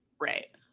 Right